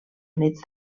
units